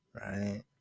right